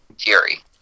Fury